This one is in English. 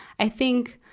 i think,